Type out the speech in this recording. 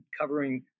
covering